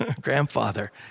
grandfather